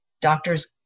doctors